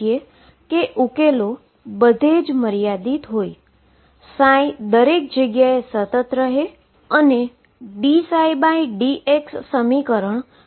તેથી સૌથી lowest energy eigen function અને તે કઈ રીતે કામ કરે છે તેનો જો ગ્રાફ દોરીએ તો આપણને ખબર પડે છે